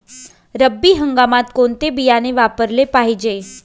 रब्बी हंगामात कोणते बियाणे वापरले पाहिजे?